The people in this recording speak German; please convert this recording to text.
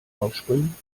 rausspringen